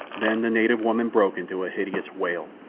then the native woman broke into a hideous wail.